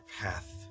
path